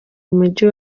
mujyi